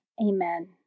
Amen